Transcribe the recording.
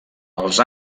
els